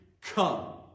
come